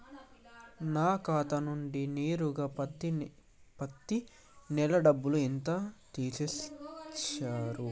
నా ఖాతా నుండి నేరుగా పత్తి నెల డబ్బు ఎంత తీసేశిర్రు?